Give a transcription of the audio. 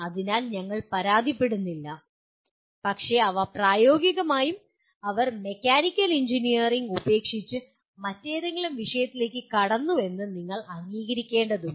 അതിനാൽ ഞങ്ങൾ പരാതിപ്പെടുന്നില്ല പക്ഷേ അവർ പ്രായോഗികമായി മെക്കാനിക്കൽ എഞ്ചിനീയറിംഗ് ഉപേക്ഷിച്ച് മറ്റേതെങ്കിലും വിഷയത്തിലേക്ക് കടന്നുവെന്ന് നിങ്ങൾ അംഗീകരിക്കേണ്ടതുണ്ട്